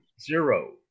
zero